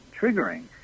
triggering